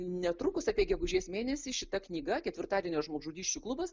netrukus apie gegužės mėnesį šita knyga ketvirtadienio žmogžudysčių klubas